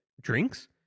drinks